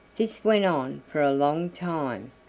this went on for a long time,